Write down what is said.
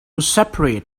separate